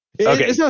okay